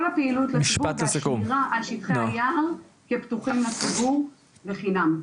כל הפעילות לציבור והשמירה על שטחי היער כפתוחים לציבור בחינם,